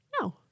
no